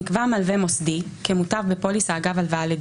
נקבע מלווה מוסדי כמוטב בפוליסה בלתי חוזראגב הלוואה